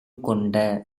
கொண்ட